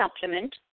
supplement